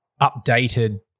updated